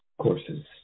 courses